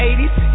80's